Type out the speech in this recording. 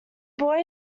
boy